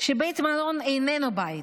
ושבית מלון איננו בית,